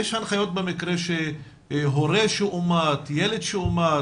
במקרה שהורה מאומת או ילד מאומת?